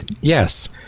Yes